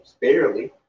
Barely